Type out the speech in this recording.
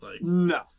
No